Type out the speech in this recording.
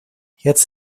jetzt